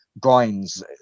grinds